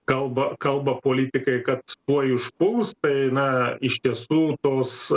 kalba kalba politikai kad tuoj užpuls tai na iš tiesų tos